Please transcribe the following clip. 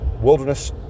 wilderness